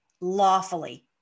lawfully